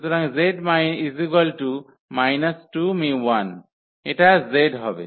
সুতরাং z −2𝜇1 এটা z হবে